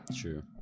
True